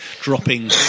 dropping